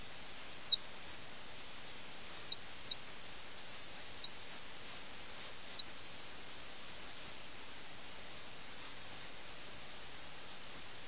അതിനാൽ ഈ സൈനികരുടെയെല്ലാം കണ്മുൻപിൽ നിന്നും അവർ അകന്നുപോകുന്നു ആഖ്യാതാവ് ഇപ്രകാരം പറയുന്നു ഇതാണ് ആഖ്യാതാവിന്റെ അഭിപ്രായം